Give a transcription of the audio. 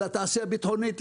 לתעשייה הביטחונית,